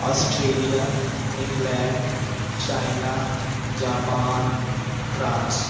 Australia England China Japan France